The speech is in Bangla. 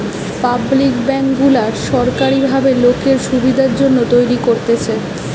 পাবলিক বেঙ্ক গুলা সোরকারী ভাবে লোকের সুবিধার জন্যে তৈরী করতেছে